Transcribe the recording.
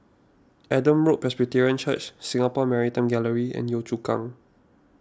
Adam Road Presbyterian Church Singapore Maritime Gallery and Yio Chu Kang